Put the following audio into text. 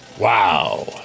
Wow